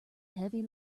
heavy